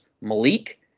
Malik